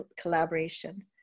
collaboration